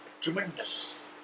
tremendous